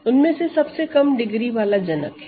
उनमें से सबसे कम डिग्री वाला जनक है